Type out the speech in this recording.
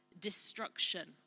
destruction